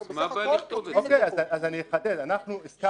אז אנחנו בסך הכול כותבים את זה.